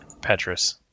Petrus